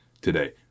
today